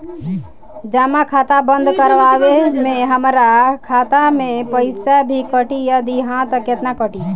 जमा खाता बंद करवावे मे हमरा खाता से पईसा भी कटी यदि हा त केतना कटी?